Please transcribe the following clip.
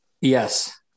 Yes